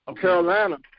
Carolina